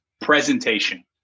presentation